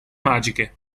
magiche